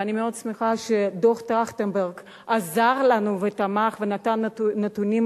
ואני מאוד שמחה שדוח-טרכטנברג עזר לנו ותמך ונתן נתונים